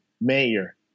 mayor